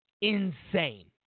insane